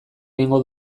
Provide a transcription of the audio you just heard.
egingo